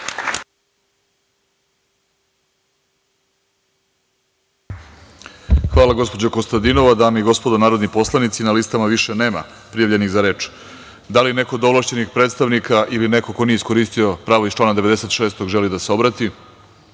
Hvala, gospođo Kostadinova. Dame i gospodo narodni poslanici, na listama više nema prijavljenih za reč. Da li neko od ovlašćenih predstavnika ili neko ko nije iskoristio pravo iz člana 96. želi da se obrati?